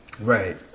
Right